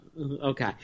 Okay